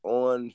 on